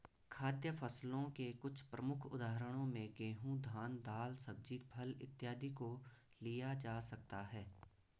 खाद्य फसलों के कुछ प्रमुख उदाहरणों में गेहूं, धान, दाल, सब्जी, फल इत्यादि को लिया जा सकता है